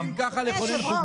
אנחנו לא יכולים ככה לכונן חוקה,